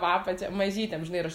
po apačia mažytėm žinai ir aš